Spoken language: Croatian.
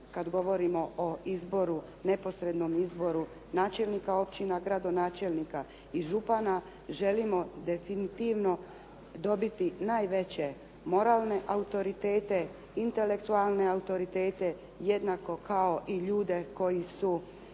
kada govorimo o izboru, neposrednom izboru načelnika općina, gradonačelnika i župana, želimo definitivno najveće moralne autoritete, intelektualne autoritete jednako kao i ljude koji su